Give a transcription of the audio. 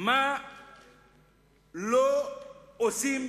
מה לא עושים